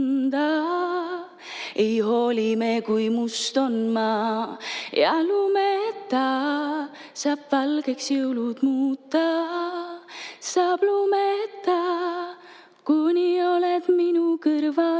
hooli me, kui must on maa, ja lumeta saab valgeks jõulud muuta, saab lumeta, kuni oled minu kõrval